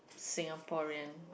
Singaporean